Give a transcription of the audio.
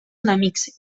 enemics